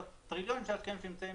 את טריליון השקלים שנמצאים